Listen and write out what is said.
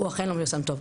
הוא בהחלט לא מיושם טוב,